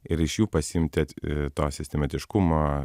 ir iš jų pasiimti to sistematiškumo